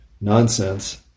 nonsense